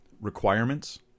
requirements